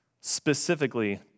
specifically